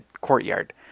courtyard